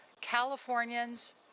Californians